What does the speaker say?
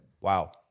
Wow